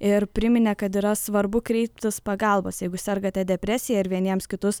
ir priminė kad yra svarbu kreiptis pagalbos jeigu sergate depresija ir vieniems kitus